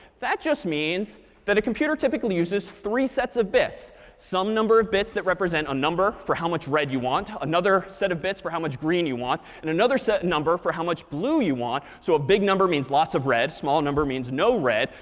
that just means that a computer typically uses three sets of bits some number of bits that represent a number for how much red you want, another set of bits for how much green you want, and another set number for how much blue you want. so a big number means lots of red, small number means no red.